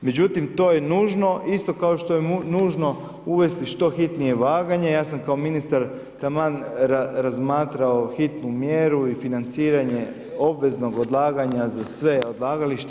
Međutim, to je nužno isto kao što je nužno uvesti što hitnije vaganje, ja sam kao Ministar taman razmatrao hitnu mjeru i financiranje obveznog odlaganja za sva odlagališta.